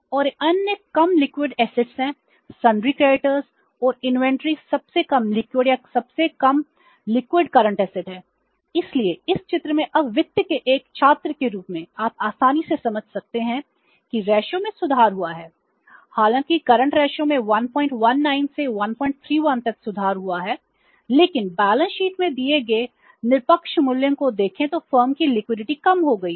और अन्य कम लिक्विड असेट्स कम हो गई है